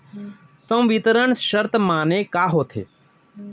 संवितरण शर्त माने का होथे?